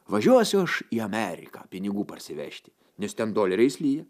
važiuosiu aš į ameriką pinigų parsivežti nes ten doleriais lyja